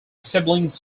siblings